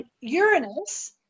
Uranus